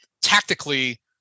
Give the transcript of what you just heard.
tactically